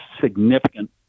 significant